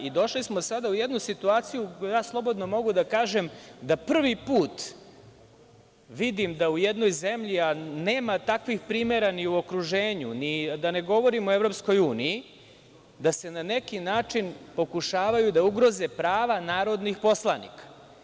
Došli smo sada u jednu situaciju, slobodno mogu da kažem da prvi put vidim u jednoj zemlji, a nema takvih primere ni u okruženju, da ne govorim o EU, da se na neki način pokušavaju da ugroze prava narodnih poslanika.